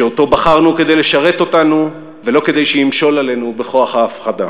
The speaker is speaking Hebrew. שאותו בחרנו כדי לשרת אותנו ולא כדי שימשול בנו בכוח ההפחדה.